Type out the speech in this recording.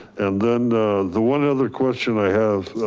and then the one other question i have,